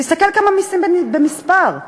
תסתכל כמה מסים, במספר.